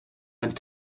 ein